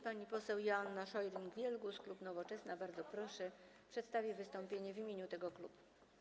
Pani poseł Joanna Scheuring-Wielgus, klub Nowoczesna, bardzo proszę, przedstawi wystąpienie w imieniu tego klubu.